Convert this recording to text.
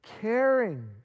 caring